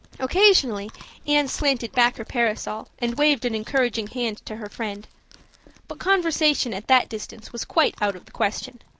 occasionally anne slanted back her parasol and waved an encouraging hand to her friend but conversation at that distance was quite out of the question.